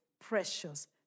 precious